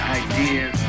ideas